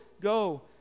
Go